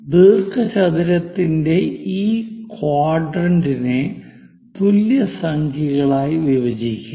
ദീർഘചതുരത്തിന്റെ ഈ ക്വാഡ്രന്റിനെ തുല്യ സംഖ്യകളായി വിഭജിക്കുക